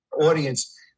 Audience